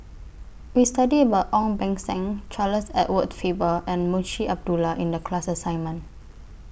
We studied about Ong Beng Seng Charles Edward Faber and Munshi Abdullah in The class assignment